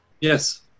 Yes